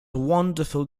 wonderful